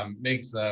makes